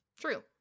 True